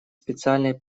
специальные